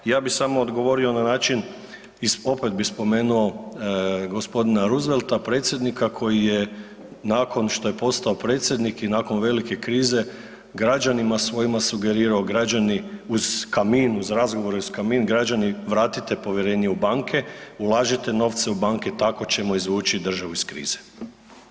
Ja bih samo odgovorio na način iz, opet bi spomenu gospodina Roosevelta predsjednika koji je nakon što je postao predsjednik i nakon velike krize građanima svojima sugerirao, građani uz kamin, uz razgovor uz kamin građani vratite povjerenje u banke, ulažite novce u banke tako ćemo izvući državu iz krize.